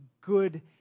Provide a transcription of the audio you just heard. good